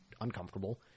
uncomfortable